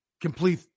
Complete